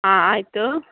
ಹಾಂ ಆಯ್ತು